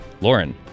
Lauren